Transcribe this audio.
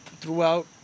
throughout